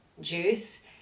juice